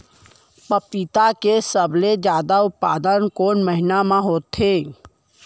पपीता के सबले जादा उत्पादन कोन महीना में होथे?